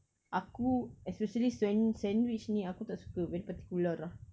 aku especially sand~ sandwich ni aku tak suka very particular lah